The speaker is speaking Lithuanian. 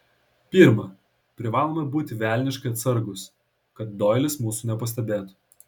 pirma privalome būti velniškai atsargūs kad doilis mūsų nepastebėtų